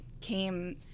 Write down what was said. came